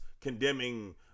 condemning